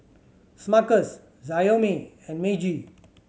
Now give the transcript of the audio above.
Smuckers Xiaomi and Meiji